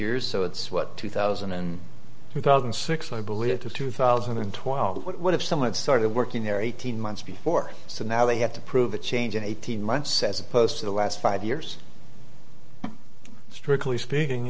years so it's what two thousand and three thousand six hundred believe it or two thousand and twelve what if someone started working there eighteen months before so now they have to prove a change in eighteen months as opposed to the last five years strictly speaking